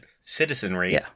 citizenry